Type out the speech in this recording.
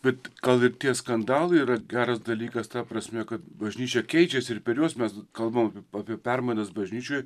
bet gal ir tie skandalai yra geras dalykas ta prasme kad bažnyčia keičiasi ir per juos mes kalbam apie permainas bažnyčioj